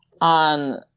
on